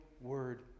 word